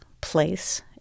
place